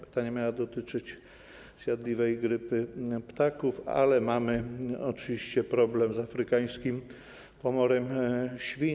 Pytania miały dotyczyć zjadliwej grypy ptaków, ale mamy oczywiście problem z afrykańskim pomorem świń.